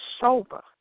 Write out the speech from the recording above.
sober